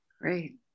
Great